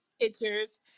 pictures